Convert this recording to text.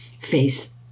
face